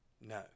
No